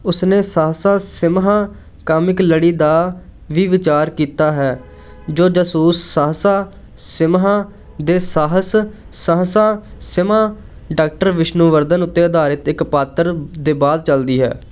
ਉਸਨੇ ਸਹਸਾ ਸਿਮਹਾ ਕਾਮਿਕ ਲੜੀ ਦਾ ਵੀ ਵਿਚਾਰ ਕੀਤਾ ਹੈ ਜੋ ਜਾਸੂਸ ਸਹਸਾ ਸਿਮਹਾ ਦੇ ਸਾਹਸ ਸਹਸਾ ਸਿਮਹਾ ਡਾਕਟਰ ਵਿਸ਼ਨੂੰਵਰਧਨ ਉੱਤੇ ਅਧਾਰਿਤ ਇੱਕ ਪਾਤਰ ਦੇ ਬਾਅਦ ਚੱਲਦੀ ਹੈ